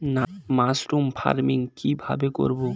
Mushroom farming কি ভাবে করব?